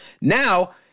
Now